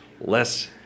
less